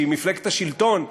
שהיא מפלגת השלטון,